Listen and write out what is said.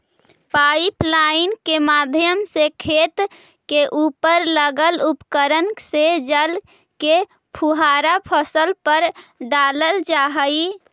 pipeline के माध्यम से खेत के उपर लगल उपकरण से जल के फुहारा फसल पर डालल जा हइ